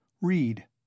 Read